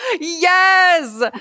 Yes